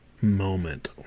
moment